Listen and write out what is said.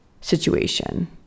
situation